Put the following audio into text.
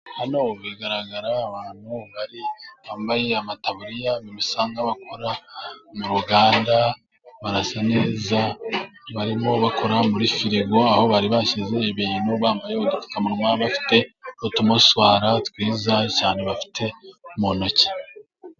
Hano bigaragara abantu bari, bambaye amataburiya, bisa n'abakora mu ruganda, barasa neza, barimo bakora muri firigo, aho bari bashyize ibintu, bambaye udupfukamanwa, bafite utumuswara twiza cyane, bafite mu ntoki.